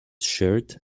shirt